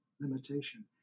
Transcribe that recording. limitation